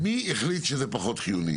מי החליט שזה פחות חיוני?